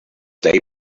day